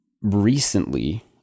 recently